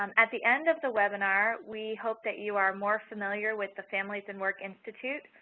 um at the end of the webinar, we hope that you are more familiar with the families and work institute,